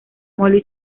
molly